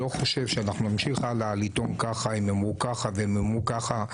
אני לא חושב שאנחנו נמשיך הלאה לטעון ככה הם אמרו ככה והם אמרו ככה.